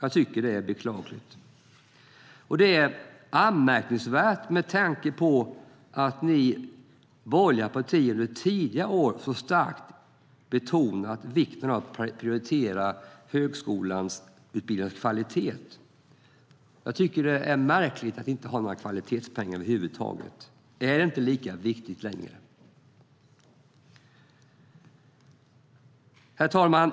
Jag tycker att det är beklagligt, och det är anmärkningsvärt med tanke på att ni borgerliga partier under tidigare år så starkt betonat vikten av att prioritera högskoleutbildningarnas kvalitet. Jag tycker att det är märkligt att inte ha några kvalitetspengar över huvud taget. Är det inte lika viktigt längre? Herr talman!